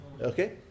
Okay